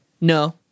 No